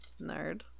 Nerd